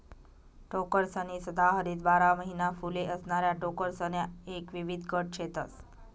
टोकरसनी सदाहरित बारा महिना फुले असणाऱ्या टोकरसण्या एक विविध गट शेतस